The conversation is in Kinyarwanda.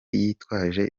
yitwaje